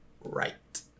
Right